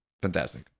fantastic